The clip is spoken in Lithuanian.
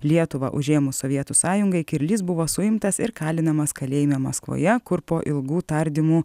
lietuvą užėmus sovietų sąjungai kirlys buvo suimtas ir kalinamas kalėjime maskvoje kur po ilgų tardymų